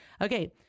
Okay